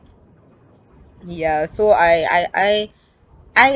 ya so I~ I~ I~ I